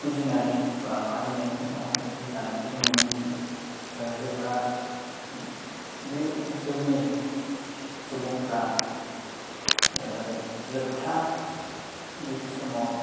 फुजिनानै बा फालिनायनि उनावहाय बेखौ जानायखौ जों नुनो मोनो जेब्ला बे ओनसोलनि सुबुंफ्रा जोबथा जिहेथु समाव